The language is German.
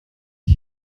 ich